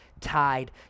tied